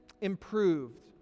improved